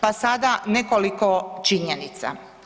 Pa sada nekoliko činjenica.